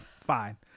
Fine